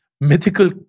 mythical